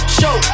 show